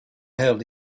held